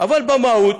אבל במהות?